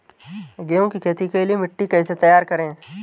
गेहूँ की खेती के लिए मिट्टी कैसे तैयार करें?